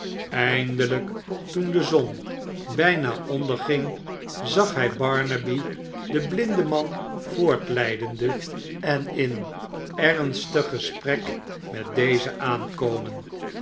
toen de zon bijna onderging zag hij barnaby den blindeman voort leidende en in ernstig gesprek met dezen aankomen